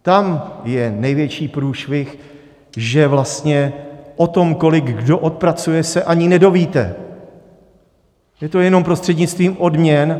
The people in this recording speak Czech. Tam je největší průšvih, že vlastně o tom, kolik kdo odpracuje, se ani nedovíte, je to jenom prostřednictvím odměn.